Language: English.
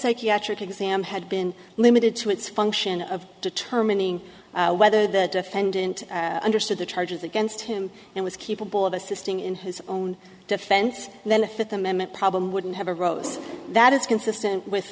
psychiatric exam had been limited to its function of determining whether the defendant understood the charges against him and was keepable of assisting in his own defense then a fifth amendment problem wouldn't have a rose that is consistent with